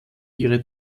ihre